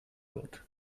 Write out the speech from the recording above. gott